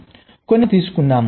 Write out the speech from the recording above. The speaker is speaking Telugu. కొన్ని ఉదాహరణలు తీసుకుందాం